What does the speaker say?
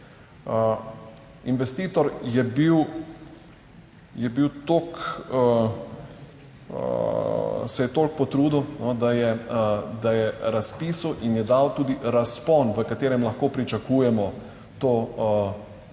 toliko, se je toliko potrudil, da je, da je razpisal in je dal tudi razpon, v katerem lahko pričakujemo to